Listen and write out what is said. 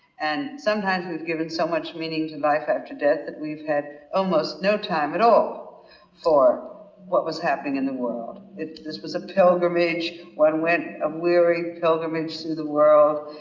and sometimes we've given so much meaning to life after death that we've had almost no time at all for what was happening in the world. this was a pilgrimage, one went a weary pilgrimage through the world,